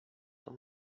tom